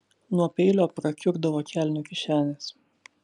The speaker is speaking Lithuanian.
nuo peilio prakiurdavo kelnių kišenės